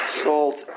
salt